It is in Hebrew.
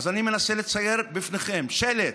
אני מנסה לצייר בפניכם שבשלט